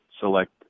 select